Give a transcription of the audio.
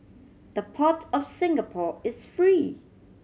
the Port of Singapore is free